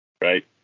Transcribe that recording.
Right